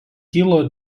kilo